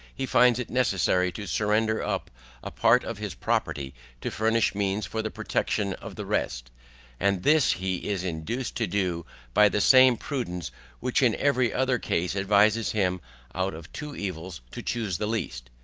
he finds it necessary to surrender up a part of his property to furnish means for the protection of the rest and this he is induced to do by the same prudence which in every other case advises him out of two evils to choose the least.